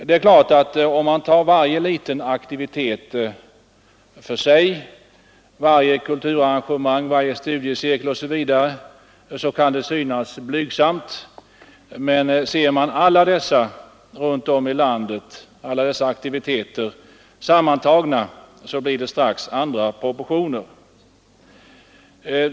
Det är klart att om man tar varje liten aktivitet för sig — varje kulturarrangemang, varje studiecirkel osv. — kan det synas vara en blygsam verksamhet, men ser man alla dessa aktiviteter runt om i landet sammantagna blir det strax andra proportioner.